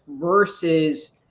versus